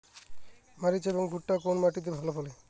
মরিচ এবং ভুট্টা কোন মাটি তে ভালো ফলে?